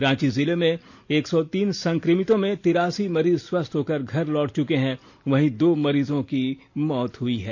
रांची जिले में एक सौ तीन संक्रमितों में तिरासी मरीज स्वस्थ होकर घर लौट चुके हैं वहीं दो मरीजों की मौत हुई है